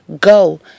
Go